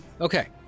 Okay